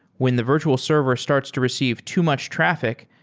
when the virtual server starts to receive too much traffi c,